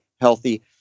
healthy